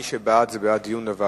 מי שבעד, זה בעד דיון בוועדה,